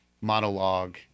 monologue